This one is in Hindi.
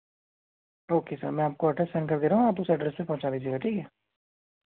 ओके सर मैं आपको एड्रैस सेंड कर दे रहा हूँ आप उस एड्रैस पे पहुँचा दीजिएगा ठीक है